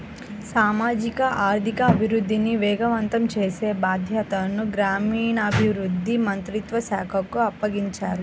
సామాజిక ఆర్థిక అభివృద్ధిని వేగవంతం చేసే బాధ్యతను గ్రామీణాభివృద్ధి మంత్రిత్వ శాఖకు అప్పగించారు